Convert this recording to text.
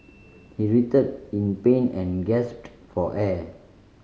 he writhed in pain and gasped for air